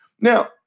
Now